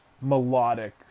melodic